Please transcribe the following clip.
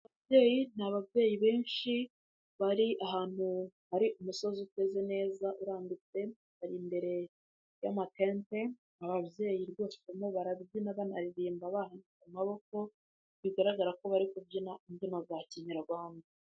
Ababyeyi ni ababyeyi benshi bari ahantu hari umusozi uteze neza urambitse, bari imbere y'amatente, ababyeyi rwose barimo barabyina banaririmba bahanitse amaboko, bigaragara ko bari kubyina imbyino za kinyarwanda.